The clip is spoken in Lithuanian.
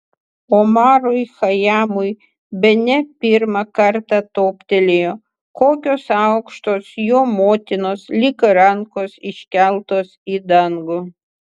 omarui chajamui bene pirmą kartą toptelėjo kokios aukštos jo motinos lyg rankos iškeltos į dangų